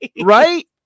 Right